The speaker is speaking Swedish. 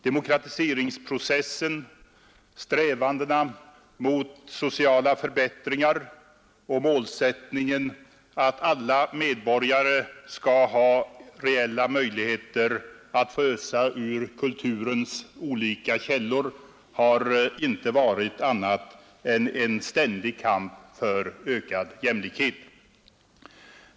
Demokratiseringsprocessen, strävandena mot sociala förbättringar och målsättningen att alla med borgare skall ha reella möjligheter att få ösa ur kulturens olika källor har inte varit annat än en ständig kamp för ökad jämlikhet.